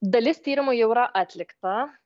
dalis tyrimų jau yra atlikta